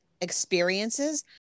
experiences